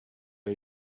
are